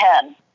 ten